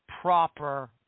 proper